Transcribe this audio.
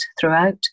throughout